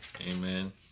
amen